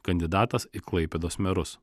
kandidatas į klaipėdos merus